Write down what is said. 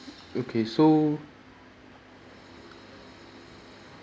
okay so